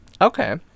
Okay